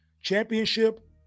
championship